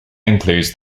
includes